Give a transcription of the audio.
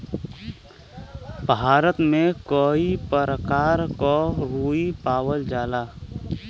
भारत में कई परकार क रुई पावल जाला